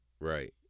Right